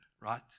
right